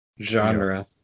genre